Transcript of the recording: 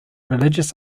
religious